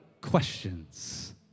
questions